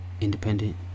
independent